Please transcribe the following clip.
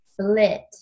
split